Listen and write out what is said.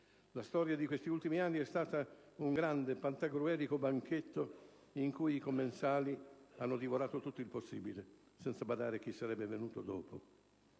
La storia di questi ultimi anni è stata un grande, pantagruelico banchetto in cui i commensali hanno divorato tutto il possibile, senza badare a chi sarebbe venuto dopo.